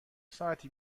ساعتی